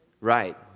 right